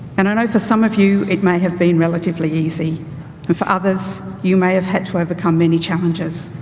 and i know for some of you it may have been relatively easy and for others you may have had to overcome many challenges.